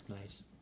Nice